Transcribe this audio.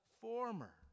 former